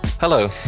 Hello